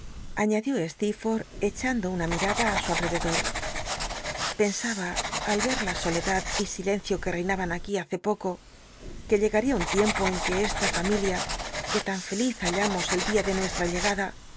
slecrfol'lh echando una mirada á su alrcdcdot pensaba al rcr la soledad y silencio que reinaban aquí hace pot o que llega ría un tiempo en que esta fam ilí l que tan feliz halla mos el día de nuestra llegada